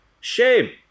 Shame